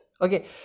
okay